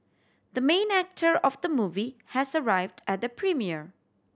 the main actor of the movie has arrived at the premiere